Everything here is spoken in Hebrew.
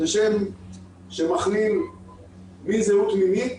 שהם החל מזהות מינית